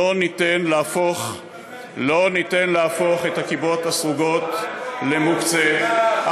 אני קורא לכם מעל במה זו: לא ניתן להפוך את הכיפות הסרוגות למוקצה.